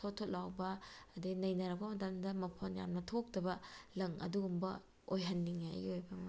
ꯊꯣꯠ ꯊꯣꯠ ꯂꯥꯎꯕ ꯑꯗꯩ ꯅꯩꯅꯔꯛꯄ ꯃꯇꯝꯗ ꯃꯐꯣꯟ ꯌꯥꯝꯅ ꯊꯣꯛꯇꯕ ꯂꯪ ꯑꯗꯨꯒꯨꯝꯕ ꯑꯣꯏꯍꯟꯅꯤꯡꯉꯦ ꯑꯩꯒꯤ ꯑꯣꯏꯕ ꯃꯣꯠꯇ